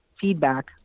feedback